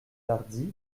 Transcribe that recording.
tardy